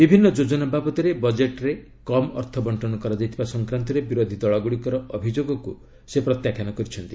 ବିଭିନ୍ନ ଯୋଜନା ବାବଦରେ ବଜେଟରେ କମ୍ ଅର୍ଥ ବ୍ଦ୍ଧନ କରାଯାଇଥିବା ସଂକ୍ରାନ୍ତରେ ବିରୋଧୀଦଳଗୁଡ଼ିକର ଅଭିଯୋଗକୁ ସେ ପ୍ରତ୍ୟାଖ୍ୟାନ କରିଛନ୍ତି